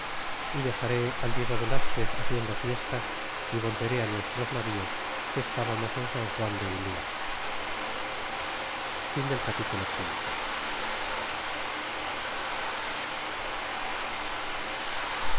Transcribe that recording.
y dexare al diego velazquez haciendo fiestas y volveré nuestros navíos que estabamos en an juan de ulua capitulo